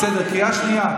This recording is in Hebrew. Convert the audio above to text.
בסדר, קריאה שנייה.